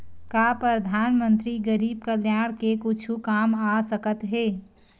का परधानमंतरी गरीब कल्याण के कुछु काम आ सकत हे